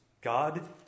God